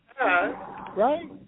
Right